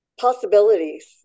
Possibilities